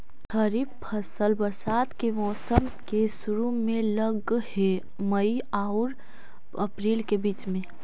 खरीफ फसल बरसात के मौसम के शुरु में लग हे, मई आऊ अपरील के बीच में